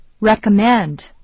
recommend